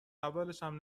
اولشم